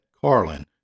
Carlin